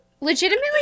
Legitimately